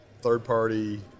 third-party